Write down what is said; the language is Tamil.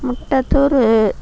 முட்டத்தூர்